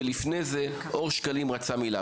ולפני זה אושר שקלים רצה מילה,